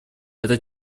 это